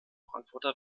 frankfurter